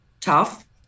tough